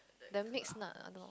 the mixed nut